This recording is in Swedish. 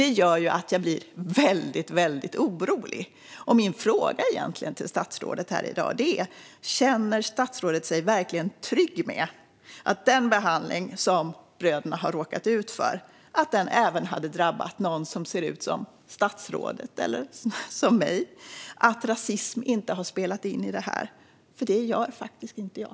Det gör att jag blir väldigt orolig. Min fråga till statsrådet här i dag är: Känner statsrådet sig trygg med att den behandling som bröderna råkade ut för även hade drabbat någon som ser ut som statsrådet eller som jag, det vill säga att rasism inte har spelat in i detta? Det gör faktiskt inte jag.